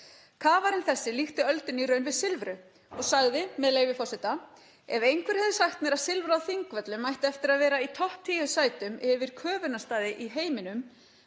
Kafari þessi líkti öldunni í raun við Silfru og sagði, með leyfi forseta: Ef einhver hefði sagt mér að Silfra á Þingvöllum ætti eftir að vera í topp tíu sætum yfir köfunarstaði í heiminum